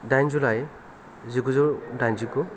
दाइन जुलाय जिगुजौ दाइन जिगु